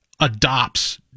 adopts